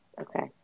Okay